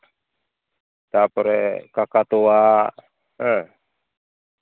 ᱛᱟᱯᱚᱨᱮ ᱠᱟᱠᱟ ᱛᱩᱣᱟ ᱦᱮᱸ